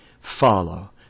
follow